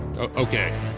Okay